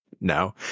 No